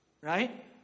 right